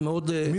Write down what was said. אני